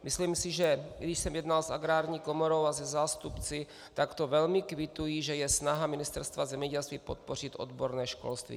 Myslím si, že když jsem jednal s agrární komorou a se zástupci, tak to velmi kvitují, že je snaha Ministerstva zemědělství podpořit odborné školství.